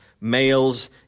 males